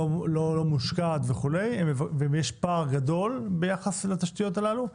לא מושקעת וכו' ויש פער גדול ביחס לתשתיות האלה.